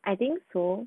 I think so